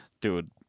Dude